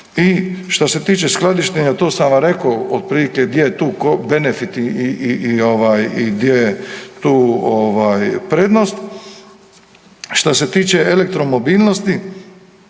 što se tiče skladištenja, to sam vam rekao otprilike gdje je tu benefit i gdje je tu prednost. Što se tiče elektromobilnosti